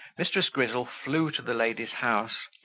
mrs. grizzle flew to the lady's house,